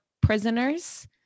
prisoners